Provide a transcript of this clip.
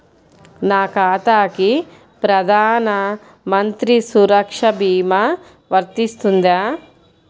నా ఖాతాకి ప్రధాన మంత్రి సురక్ష భీమా వర్తిస్తుందా?